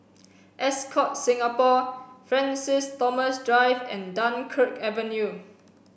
Ascott Singapore Francis Thomas Drive and Dunkirk Avenue